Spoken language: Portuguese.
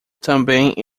também